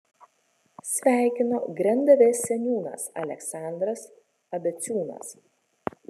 sveikino grendavės seniūnas aleksandras abeciūnas